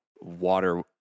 water